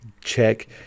check